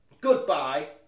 Goodbye